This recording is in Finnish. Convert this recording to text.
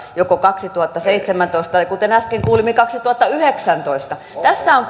joko kaksituhattaseitsemäntoista tai kuten äsken kuulimme kaksituhattayhdeksäntoista tässä on